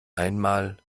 einmal